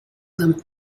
them